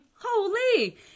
Holy